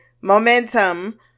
momentum